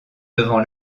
devant